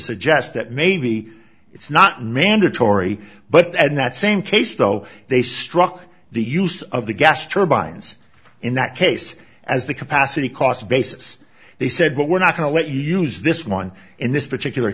suggest that maybe it's not mandatory but and that same case though they struck the use of the gas turbines in that case as the capacity cost basis they said we're not going to let you use this one in this particular